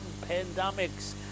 pandemics